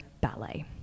ballet